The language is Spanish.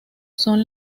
son